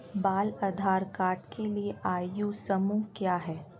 बाल आधार कार्ड के लिए आयु समूह क्या है?